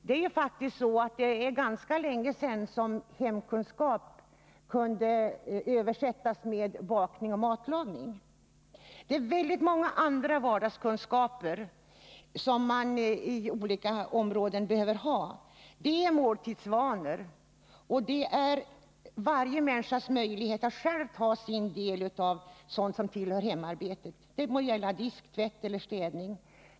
Det är faktiskt ganska länge sedan hemkunskap kunde översättas till ”bakning och matlagning”. Det är fråga om många andra vardagskunskaper som man behöver ha på olika områden. Det är måltidsvanor och varje människas möjlighet att själv ta sin del av hemarbetet — det må gälla disk, tvätt eller städning.